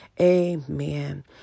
Amen